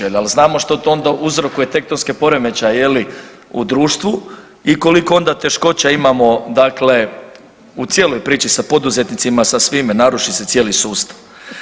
Ali da li znamo što to onda uzrokuje tektonske poremećaje u društvu i koliko onda teškoća imamo dakle u cijeloj priči sa poduzetnicima, sa svime naruši se cijeli sustav?